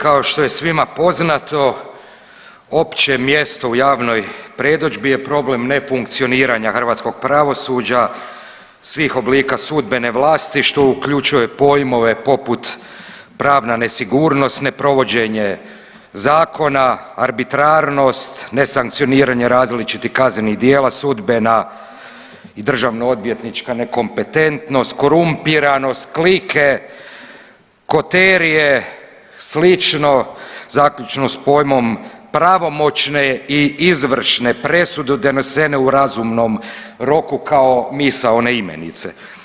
Kao što je svima poznato opće mjesto u javnoj predodžbi je problem nefunkcioniranja hrvatskog pravosuđa svih oblika sudbene vlasti što uključuje pojmove poput pravna nesigurnost, neprovođenje zakona, arbitrarnost, nesankcioniranje različitih kaznenih djela, sudbena i državno odvjetnička nekompetentnost, korumpiranost, klike, koterije, slično zaključno s pojmom pravomoćne i izvršne presude donesene u razumnom roku kao misaone imenice.